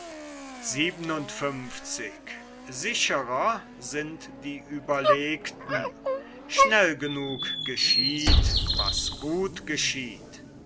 schnell genug geschieht was gut geschieht